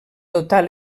dotar